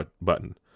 button